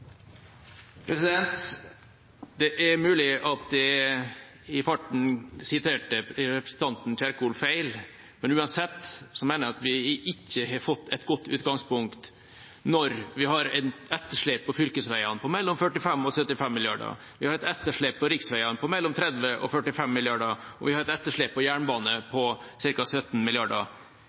Det er mulig at jeg i farten siterte representanten Kjerkol feil, men uansett mener jeg at vi ikke har fått et godt utgangspunkt når vi har et etterslep på fylkesveiene på mellom 45 mrd. kr og 75 mrd. kr, et etterslep på riksveiene på mellom 30 mrd. kr og 45 mrd. kr og et etterslep på jernbane på ca. 17